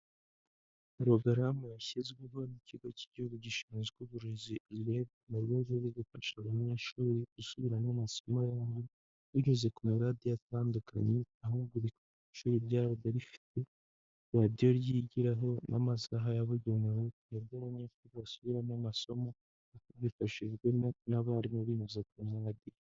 Porogaramu yashyizweho n'ikigo cy'igihugu gishinzwe uburezi ku mpamvu yo gufafasha abanyeshuri gusoza amasosomo yabo binyuze ku maradiyo atandukanye, ahubwo iri ishuri ryabaga rifite radio ryigiraho n'amasaha yabugenewe y'abanyeshuri basubiramo amasomo abifashijwe n'abarimu binyuze ku maradiyo.